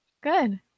Good